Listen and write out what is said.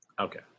Okay